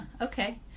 okay